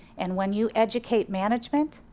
and when you educate management,